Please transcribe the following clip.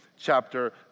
chapter